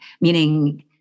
meaning